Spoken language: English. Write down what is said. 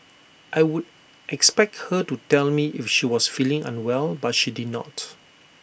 I would expect her to tell me if she was feeling unwell but she did not